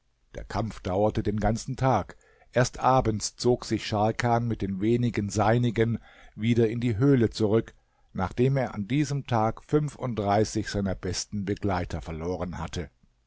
der kampf dauerte den ganzen tag erst abends zog sich scharkan mit den wenigen seinigen wieder in die höhle zurück nachdem er an diesem tag fünfunddreißig seiner besten begleiter verloren hatte